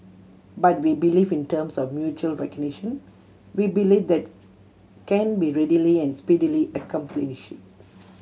but we believe in terms of mutual recognition we believe that can be readily and speedily accomplished